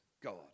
God